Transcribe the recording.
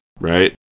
Right